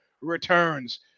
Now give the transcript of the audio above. returns